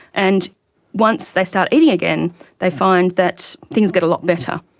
and once they start eating again they find that things get a lot better.